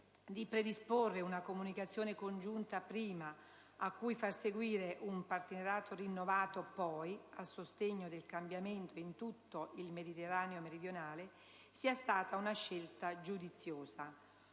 di predisporre prima una comunicazione congiunta, cui far seguire un rinnovato partenariato a sostegno del cambiamento in tutto il Mediterraneo meridionale, sia stata una scelta giudiziosa.